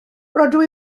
rydw